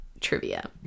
trivia